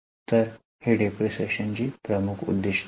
तरही घसाऱ्याची प्रमुख उद्दिष्टे आहेत